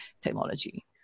technology